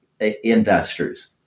investors